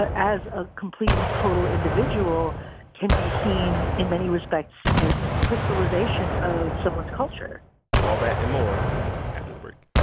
as a complete and total individual can be seen in many respects as the crystallization of someone's culture all that and more after the break